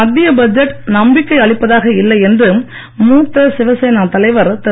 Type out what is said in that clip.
மத்திய பட்ஜெட் நம்பிக்கை அளிப்பதாக இல்லை என்று மூத்த சிவசேனா தலைவர் திரு